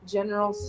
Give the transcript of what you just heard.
General